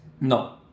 No